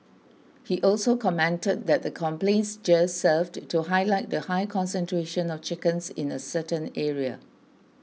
he also commented that the complaints just served to highlight the high concentration of chickens in a certain area